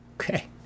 okay